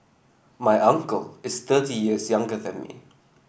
my uncle is thirty years younger than me